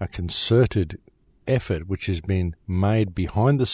a concerted effort which is being my behind the